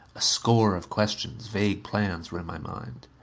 a score of questions vague plans were in my mind.